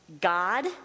God